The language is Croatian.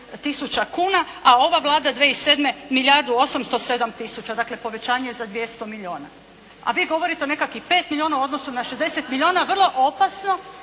tisuća kuna a ova Vlada 2007. milijardu 807 tisuća, dakle povećanje je za 200 milijuna. A vi govorite o nekakvih 5 milijuna u odnosu na 60 milijuna u odnosu